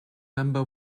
member